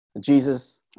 Jesus